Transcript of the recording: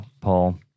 Paul